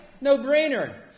No-brainer